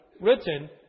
written